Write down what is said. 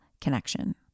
connection